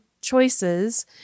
choices